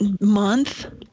month